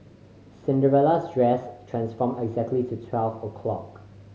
Cinderella's dress transformed exactly to twelve o'clock